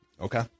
Okay